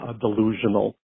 delusional